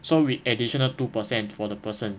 so with additional two percent for the person